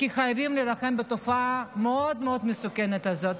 כי חייבים להילחם בתופעה המאוד-מאוד מסוכנת הזאת.